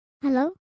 hello